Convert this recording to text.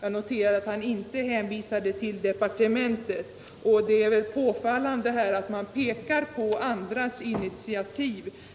Jag noterar att han inte hänvisade till departementet, och det är påfallande att man pekar på andra